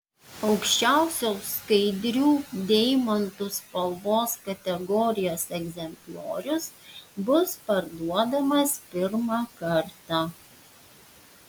aukščiausios skaidrių deimantų spalvos kategorijos egzempliorius bus parduodamas pirmą kartą